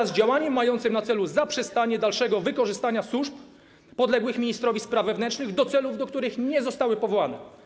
oraz działaniem mającym na celu zaprzestanie dalszego wykorzystania służb podległych ministrowi spraw wewnętrznych do celów, do których nie zostały powołane.